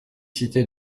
cité